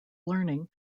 learning